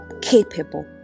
capable